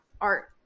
art